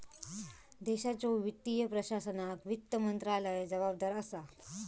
देशाच्यो वित्तीय प्रशासनाक वित्त मंत्रालय जबाबदार असा